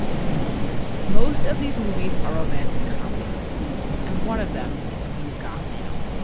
to be honest, most of these movies are romantic comedies and one of them is you've got mail